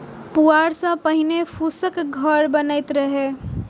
पुआर सं पहिने फूसक घर बनैत रहै